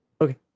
Okay